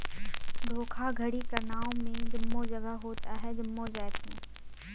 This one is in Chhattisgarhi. धोखाघड़ी कर नांव में जम्मो जगहा होत अहे जम्मो जाएत में